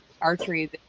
archery